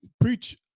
preach